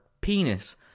penis